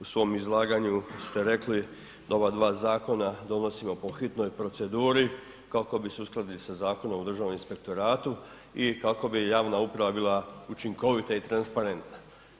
U svom izlaganju ste rekli da ova dva zakona donosimo po hitnoj proceduri kako bi se uskladili sa Zakonom o Državnom inspektoratu i kako bi javna uprava bila učinkovita i transparentna.